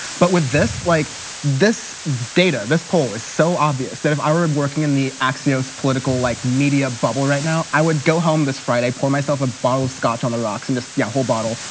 but with this, like this data, this poll is so obvious that if i were working in the axios political like media bubble right now, i would go home this friday, pour myself a bottle of scotch on the rocks. and yeah, whole bottle.